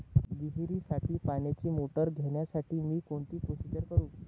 विहिरीसाठी पाण्याची मोटर घेण्यासाठी मी कोणती प्रोसिजर करु?